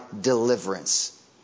deliverance